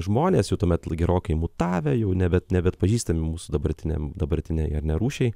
žmonės jau tuomet gerokai mutavę jau nebe nebeatpažįstami mūsų dabartiniam dabartinėj ar ne rūšiai